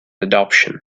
adoption